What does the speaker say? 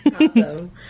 Awesome